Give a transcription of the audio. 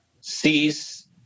sees